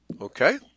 Okay